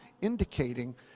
indicating